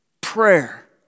Prayer